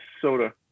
Soda